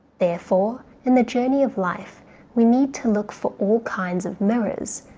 therefore in the journey of life we need to look for all kinds of mirrors,